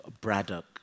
Braddock